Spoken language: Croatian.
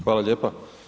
Hvala lijepa.